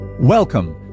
Welcome